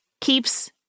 keeps